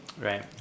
Right